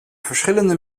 verschillende